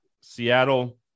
Seattle